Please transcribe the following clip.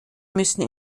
müssen